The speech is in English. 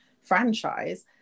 franchise